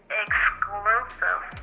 exclusive